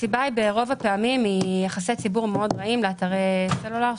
הסיבה ברוב הפעמים היא יחסי ציבור מאוד רעים לאתרי סלולר,